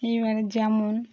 এবারে যেমন